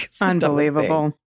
Unbelievable